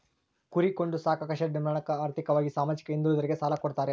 ಕುರಿ ಕೊಂಡು ಸಾಕಾಕ ಶೆಡ್ ನಿರ್ಮಾಣಕ ಆರ್ಥಿಕವಾಗಿ ಸಾಮಾಜಿಕವಾಗಿ ಹಿಂದುಳಿದೋರಿಗೆ ಸಾಲ ಕೊಡ್ತಾರೆ